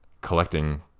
collecting